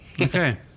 Okay